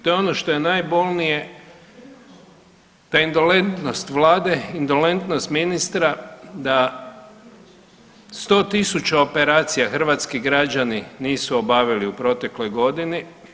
To je ono što je najbolnije te indolentnost Vlade, indolentnost ministra da 100 tisuća operacija hrvatski građani nisu obavili u protekloj godini.